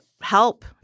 Help